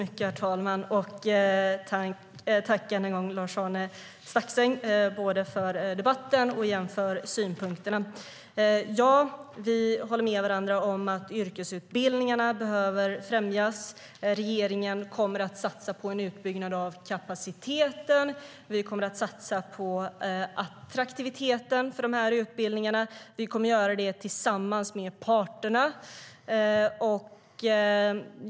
Herr talman! Tack, än en gång, Lars-Arne Staxäng, både för debatten och för jämförelsen! Ja, vi håller med varandra om att yrkesutbildningarna behöver främjas. Regeringen kommer att satsa på en utbyggnad av kapaciteten. Vi kommer att satsa på attraktiviteten för de här utbildningarna. Vi kommer att göra det tillsammans med parterna.